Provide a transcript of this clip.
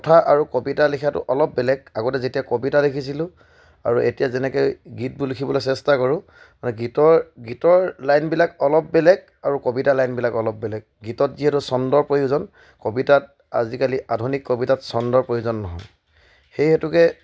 কথা আৰু কবিতা লিখাটো অলপ বেলেগ আগতে যেতিয়া কবিতা লিখিছিলোঁ আৰু এতিয়া যেনেকৈ গীতবোৰ লিখিবলৈ চেষ্টা কৰোঁ মানে গীতৰ গীতৰ লাইনবিলাক অলপ বেলেগ আৰু কবিতাৰ লাইনবিলাক অলপ বেলেগ গীতত যিহেতু চন্দৰ প্ৰয়োজন কবিতাত আজিকালি আধুনিক কবিতাত চন্দৰ প্ৰয়োজন নহয় সেই হেতুকে